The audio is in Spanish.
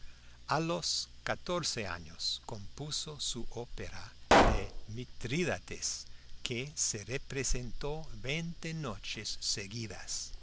a los catorce años compuso su ópera de mitrídates que se representó veinte noches seguidas